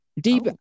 Deep